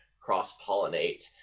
cross-pollinate